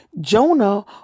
Jonah